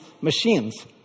machines